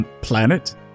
planet